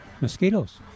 mosquitoes